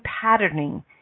patterning